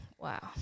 Wow